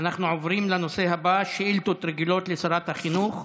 עוברים לנושא הבא, שאילתות רגילות לשרת החינוך.